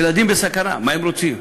ילדים בסכנה, מה הם רוצים,